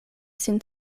sin